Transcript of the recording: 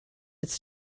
its